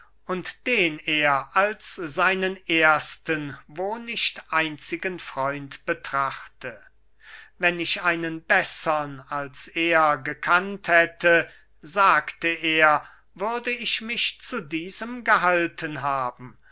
und den er als seinen ersten wo nicht einzigen freund betrachte wenn ich einen bessern als er gekannt hätte sagte er würde ich mich zu diesem gehalten haben